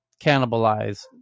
cannibalize